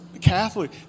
Catholic